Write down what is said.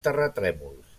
terratrèmols